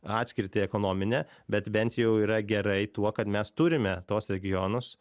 atskirtį ekonominę bet bent jau yra gerai tuo kad mes turime tuos regionus